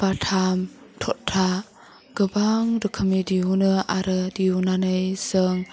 बाथाम थगथा गोबां रोखोमनि दिहुनो आरो दिहुननानै जों